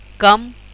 Come